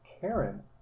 Karen